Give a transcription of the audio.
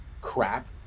crap